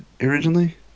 originally